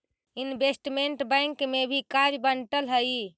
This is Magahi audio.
इनवेस्टमेंट बैंक में भी कार्य बंटल हई